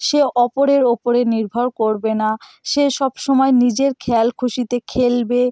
সে অপরের ওপরে নির্ভর করবে না সে সব সময় নিজের খেয়াল খুশিতে খেলবে